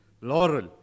Laurel